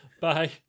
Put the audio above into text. Bye